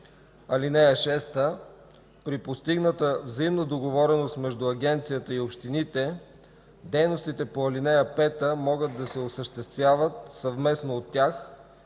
души. (6) При постигната взаимна договореност между агенцията и общините дейностите по ал. 5 могат да се осъществяват съвместно от тях